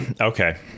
Okay